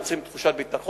יוצרים תחושת ביטחון,